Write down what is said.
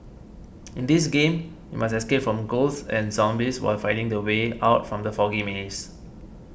in this game you must escape from ghosts and zombies while finding the way out from the foggy maze